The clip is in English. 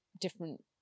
different